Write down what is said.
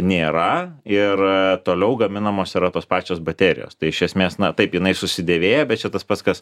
nėra ir toliau gaminamos yra tos pačios baterijos tai iš esmės na taip jinai susidėvėjo bet čia tas pats kas